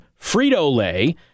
Frito-Lay